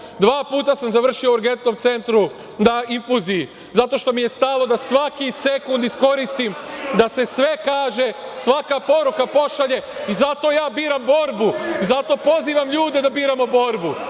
Dva puta sam završio u Urgentnom centru na infuziji, zato što mi je stalo da svaki sekund iskoristim da se sve kaže, svaka poruka pošalje. Zato ja biram borbu. Zato pozivam ljude da biramo borbu.